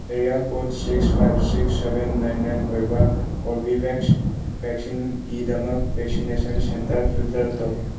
area code six five six seven nine nine ꯑꯣꯏꯕ ꯀꯣꯔꯕꯤꯕꯦꯛꯁ ꯕꯦꯛꯁꯤꯟꯒꯤꯗꯃꯛ vaccination centre filter ꯇꯧ